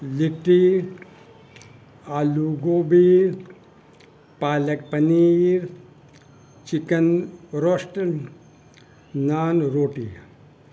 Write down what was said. لٹی aloo gobi palak paneer chicken roast naan روٹی